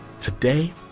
Today